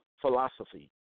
philosophy